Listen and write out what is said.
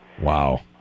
wow